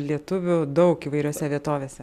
lietuvių daug įvairiose vietovėse